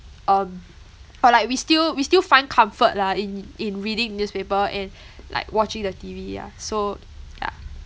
um uh like we still we still find comfort lah in in reading newspaper and like watching the T_V yeah so ya